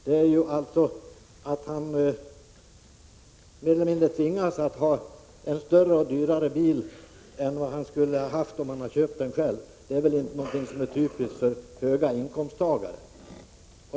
Det innebär att han mer eller mindre tvingas ha en större och dyrare bil än vad han skulle ha haft om han hade köpt den själv. Det är väl inte något som är typiskt för människor med höga inkomster?